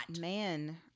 Man